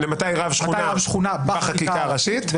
מתי רב שכונה בחקיקה הראשית,